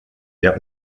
der